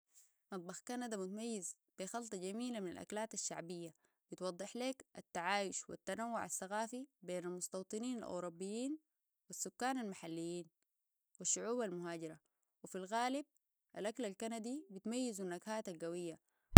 مطبخ كندا متميز بخلطة جميلة من الاكلات الشعبية بتوضح لك تعايش والتنوع الثغافي بين المستوطنين الاوروبيين والسكان المحليين والشعوبة المهاجرة وفي الغالب الاكل الكندي بتميزو النكهات القوية